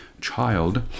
child